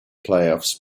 playoffs